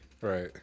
Right